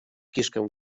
kiszkę